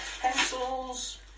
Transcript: pencils